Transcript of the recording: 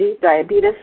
diabetes